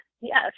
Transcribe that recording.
Yes